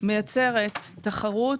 מייצרת תחרות,